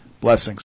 blessings